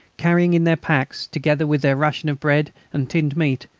carrying in their packs, together with their ration of bread and tinned meat,